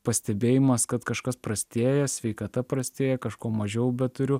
pastebėjimas kad kažkas prastėja sveikata prastėja kažko mažiau beturiu